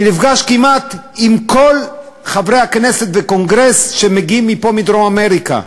אני נפגש כמעט עם כל חברי הפרלמנט והקונגרס שמגיעים לפה מדרום-אמריקה,